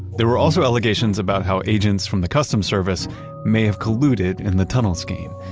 there were also allegations about how agents from the customs service may have colluded in the tunnel scheme.